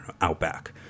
Outback